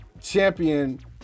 champion